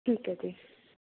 ਠੀਕ ਹੈ ਜੀ